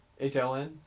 Hln